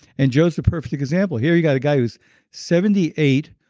and joe's the perfect example. here you got a guy who's seventy eight,